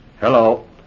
Hello